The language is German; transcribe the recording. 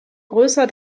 größer